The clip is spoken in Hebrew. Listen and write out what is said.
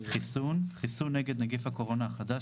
""חיסון" חיסון נגד נגיף הקורונה החדש,